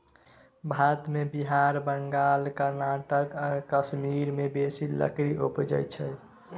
भारत मे बिहार, बंगाल, कर्नाटक, कश्मीर मे बेसी लकड़ी उपजइ छै